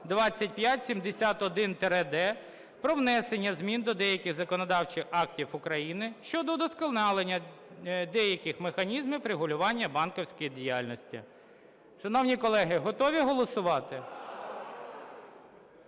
2571-д) про внесення змін до деяких законодавчих актів України щодо удосконалення деяких механізмів регулювання банківської діяльності. Шановні колеги, готові голосувати?